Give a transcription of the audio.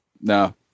No